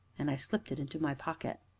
and i slipped it into my pocket.